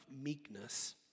meekness